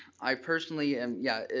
i personally am, yeah.